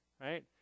right